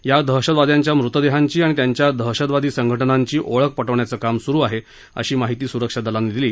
या दहशतवाद्यांच्या मृतदेहांची आणि त्यांच्या दहशतवादी संघटनांची ओळख पटवण्याचं काम सुरु आहे अशी माहिती सुरक्षा दलानं दिली